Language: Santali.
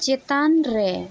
ᱪᱮᱛᱟᱱ ᱨᱮ